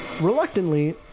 reluctantly